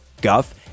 Guff